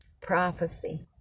Prophecy